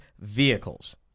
vehicles